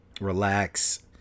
Relax